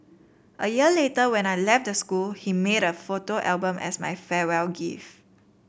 a year later when I left the school he made a photo album as my farewell gift